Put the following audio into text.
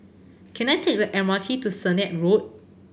can I take the M R T to Sennett Road